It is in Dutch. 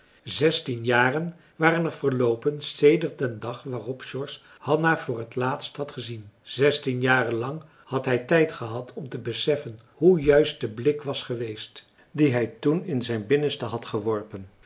jaren waren er verloopen sedert den dag waarop george hanna voor het laatst had gezien zestien jaren lang had hij tijd gehad om te beseffen hoe juist de blik was geweest dien hij toen in zijn binnenste had geworpen